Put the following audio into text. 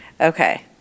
okay